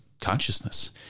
consciousness